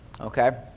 okay